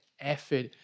effort